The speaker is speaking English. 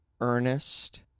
Ernest